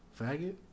Faggot